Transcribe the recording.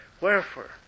Wherefore